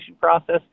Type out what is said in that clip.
process